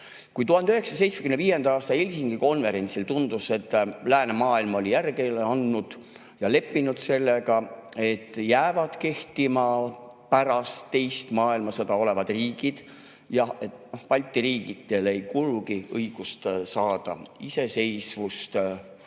aasta Helsingi konverentsil tundus, et läänemaailm oli järgi andnud ja leppinud sellega, et jäävad kehtima pärast teist maailmasõda olevad riigid ja et Balti riikidele ei kuulugi õigust saada iseseisvust,